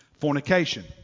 Fornication